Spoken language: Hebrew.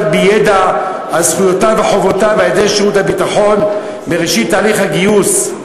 בידע על זכויותיו וחובותיו על-ידי שירות הביטחון מראשית תהליך הגיוס,